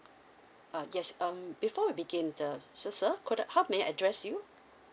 uh yes um before we begin the so sir how may I address you